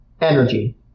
energy